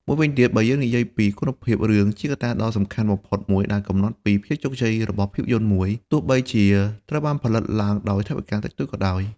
មួយវិញទៀត បើយើងនិយាយពីគុណភាពរឿងជាកត្តាដ៏សំខាន់បំផុតមួយដែលកំណត់ពីភាពជោគជ័យរបស់ភាពយន្តមួយ ទោះបីជាត្រូវបានផលិតឡើងដោយថវិកាតិចតួចក៏ដោយ។